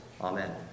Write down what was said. Amen